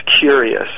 curious